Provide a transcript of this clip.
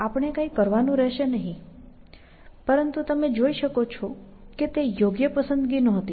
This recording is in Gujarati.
આપણે કંઇ કરવાનું રહેશે નહીં પરંતુ તમે જોઈ શકો છો કે તે યોગ્ય પસંદગી નહોતી